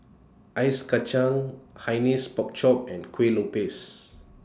Ice Kachang Hainanese Pork Chop and Kueh Lopes